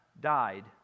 died